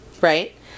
right